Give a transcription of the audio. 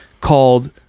called